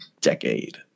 decade